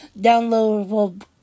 downloadable